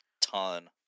ton